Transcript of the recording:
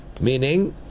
meaning